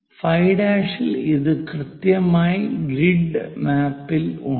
5' ഇൽ ഇത് കൃത്യമായി ഗ്രിഡ് മാപ്പിൽ ഉണ്ട്